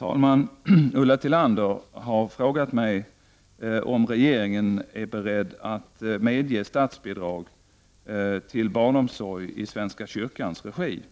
Herr talman! Ulla Tillander har frågat mig om regeringen är beredd att medge statsbidrag till barnomsorg i svenska kyrkans regi.